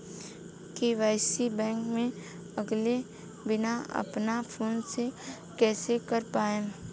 KYC bank मे गएले बिना अपना फोन से कइसे कर पाएम?